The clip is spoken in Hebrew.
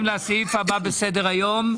סדר-היום: